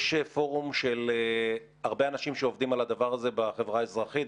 יש פורום של הרבה אנשים שעובדים על הדבר הזה בחברה הישראלית,